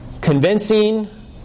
convincing